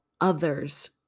others